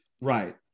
Right